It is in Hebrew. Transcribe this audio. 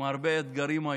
עם הרבה אתגרים,